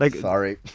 Sorry